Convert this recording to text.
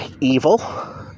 evil